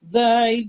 thy